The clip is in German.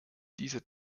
dieser